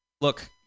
look